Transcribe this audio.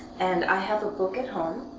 and i have a book at home.